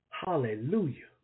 Hallelujah